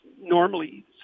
normally